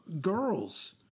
girls